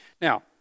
Now